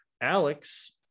Alex